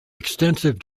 extensive